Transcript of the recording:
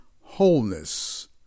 wholeness